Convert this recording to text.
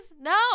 no